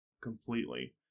completely